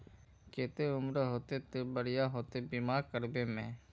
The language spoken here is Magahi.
केते उम्र होते ते बढ़िया होते बीमा करबे में?